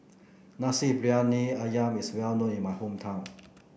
Nasi Briyani ayam is well known in my hometown